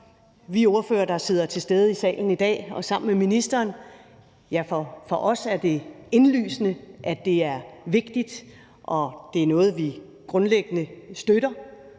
os ordførere, der er til stede i salen i dag, og for ministeren er det indlysende, at det er vigtigt og er noget, vi grundlæggende støtter.